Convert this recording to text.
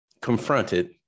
confronted